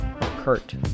kurt